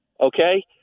Okay